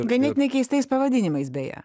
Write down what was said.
ganėtinai keistais pavadinimais beje